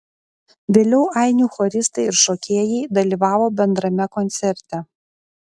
vėliau ainių choristai ir šokėjai dalyvavo bendrame koncerte